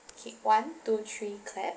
okay one two three clap